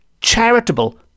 charitable